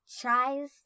tries